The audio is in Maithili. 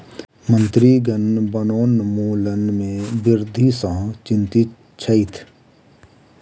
मंत्रीगण वनोन्मूलन में वृद्धि सॅ चिंतित छैथ